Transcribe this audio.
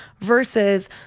versus